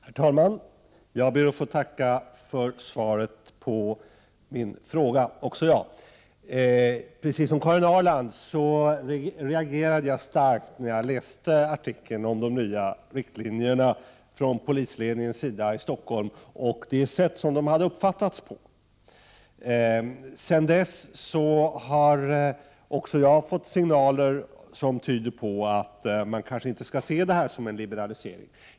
Herr talman! Jag ber att få tacka för svaret på min fråga. Precis som Karin Ahrland reagerade jag starkt när jag läste artikeln om de nya riktlinjerna från polisledningen i Stockholm och det sätt på vilket dessa hade uppfattats. Sedan dess har jag fått signaler som tyder på att man kanske inte skall se detta som en liberalisering.